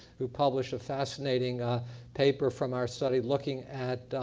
who published a fascinating ah paper from our study looking at